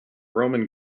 roman